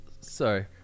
sorry